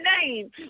name